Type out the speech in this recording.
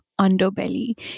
underbelly